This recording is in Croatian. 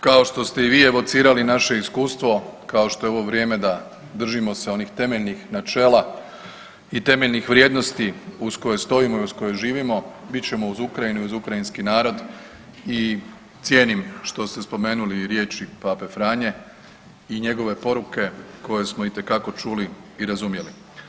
Kao što ste i vi evocirali naše iskustvo, kao što je ovo vrijeme da držimo se onih temeljnih načela i temeljnih vrijednosti uz koje stojimo i uz koje živimo, bit ćemo uz Ukrajinu i uz ukrajinski narod i cijenim što ste spomenuli i riječi pape Franje i njegove poruke koje smo itekako čuli i razumjeli.